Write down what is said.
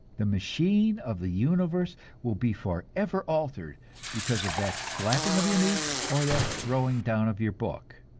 the machine of the universe will be forever altered because of that slapping of your knee or that throwing down of your book.